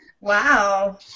Wow